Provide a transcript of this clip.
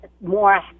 more